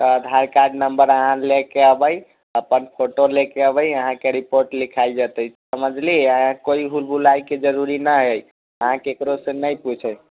तऽ Aadhaar card number अहाँ लयके एबै अपन फोटो लयके एबै अहाँके रिपोर्ट लिखायल जेतै समझलियै कोनो हुलहुलायके जरूरी नहि अछि अहाँ केकरो से नहि पूछै